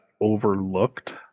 overlooked